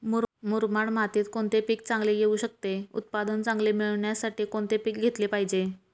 मुरमाड मातीत कोणते पीक चांगले येऊ शकते? उत्पादन चांगले मिळण्यासाठी कोणते पीक घेतले पाहिजे?